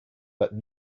but